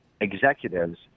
executives